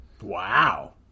Wow